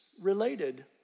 related